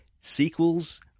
sequels